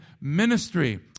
ministry